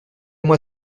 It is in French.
moi